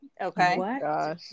okay